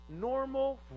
normal